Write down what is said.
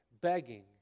begging